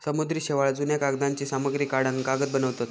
समुद्री शेवाळ, जुन्या कागदांची सामग्री काढान कागद बनवतत